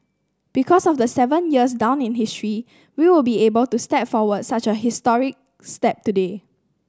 because of the seven years down in history we will be able to step forward such a historic step today